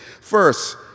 First